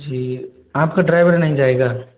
जी आपका ड्राइवर नहीं जाएगा